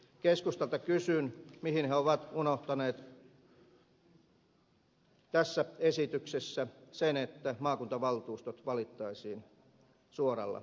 keskustalta kysyin mihin he ovat unohtaneet tässä esityksessä sen että maakuntavaltuustot valittaisiin suoralla kansanvaalilla